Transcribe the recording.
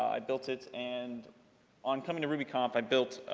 i built it and on coming to rubyconf i built,